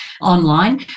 online